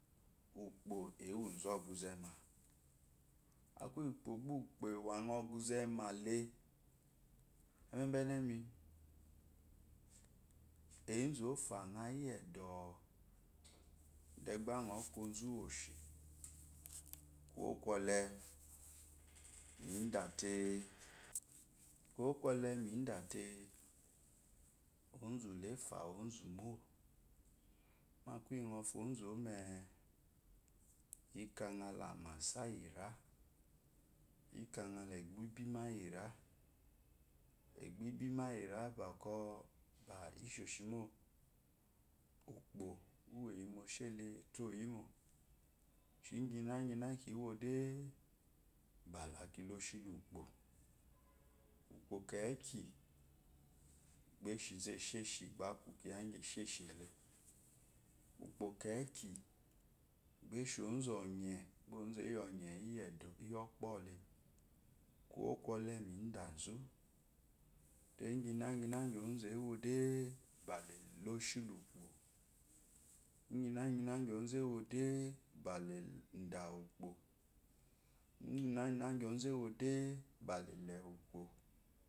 Úkpó ewu zú ɔquze má aku iyi úkpo bà ukpé ewunɔ ma lú eme be enemi ezu ɔfaŋ iyi endo de ba nɔ ku ozo uwe shi kuwó kwoe mi da le ozu lafa ozu mó mo aku iyi nɔ fa ozo me ikanala amba iyi ira iki ka ŋna h ebo ibima iyi ira ebo ibima iyira boko isheshimo úkpó uwú eyi móshi ele etoyimo ingyi ina ingiyi ina kiwodu láki lose la ukpo ukpo keki ba eshi lu eshi zu zchshe ba akú kiya ingyi eshile upko keki ba eshi ezu ɔye bá olu ɔye ba ozu eyi ɔye uwu edo iyi ɔpɔle kuwokwle mi du zu te ingyi ina ingyina ingyi ha lik po ingyi inna ina ingyi ozu ewode bala da ukpo ingyi ina ina inaqyi ozo ewode bá la he ukpo.